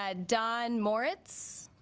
ah don moritz